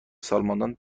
سالمندان